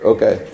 Okay